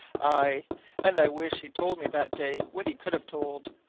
aye and i wish he'd told me that day what he could have told!